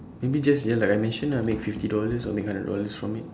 maybe just ya like I mentioned ah maybe make fifty dollar or hundred dollars from it